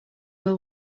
will